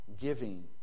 giving